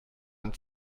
ein